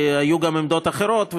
והיו גם עמדות אחרות,